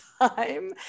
time